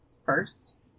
first